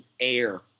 air